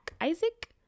Isaac